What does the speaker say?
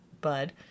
bud